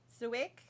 Zwick